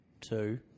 two